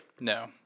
No